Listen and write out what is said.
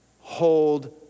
hold